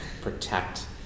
protect